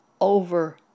over